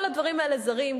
כל הדברים האלה זרים,